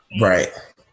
Right